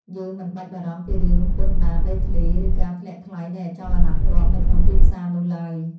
យើងមិនបាច់បារម្ភពីរឿងពន្ធដារដីធ្លី ឬការធ្លាក់ថ្លៃនៃអចលនទ្រព្យនៅក្នុងទីផ្សារនោះឡើយ។